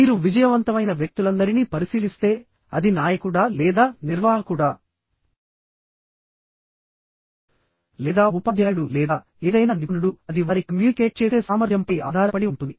మీరు విజయవంతమైన వ్యక్తులందరినీ పరిశీలిస్తే అది నాయకుడా లేదా నిర్వాహకుడా లేదా ఉపాధ్యాయుడు లేదా ఏదైనా నిపుణుడు అది వారి కమ్యూనికేట్ చేసే సామర్థ్యంపై ఆధారపడి ఉంటుంది